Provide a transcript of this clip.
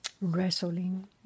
wrestling